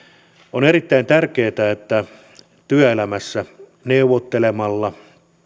on erittäin tärkeätä että työelämässä neuvottelemalla